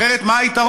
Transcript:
אחרת, מה היתרון?